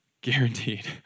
guaranteed